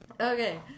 Okay